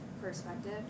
perspective